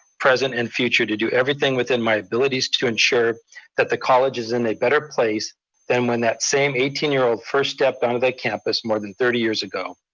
present and future to do everything within my abilities to ensure that the college is in a better place than when that same eighteen year old first stepped onto that campus more than thirty years ago.